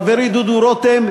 חברי דודו רותם,